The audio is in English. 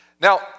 Now